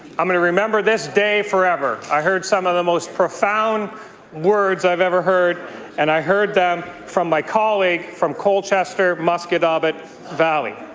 i'm going to remember this day forever. i heard some of the most profound words i've ever heard and i heard them from my colleague from colchester musquodoboit valley.